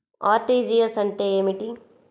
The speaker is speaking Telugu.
అర్.టీ.జీ.ఎస్ అంటే ఏమిటి?